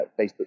Facebook